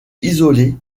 isolées